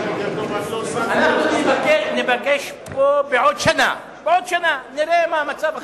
אנחנו ניפגש פה בעוד שנה ונראה מה המצב.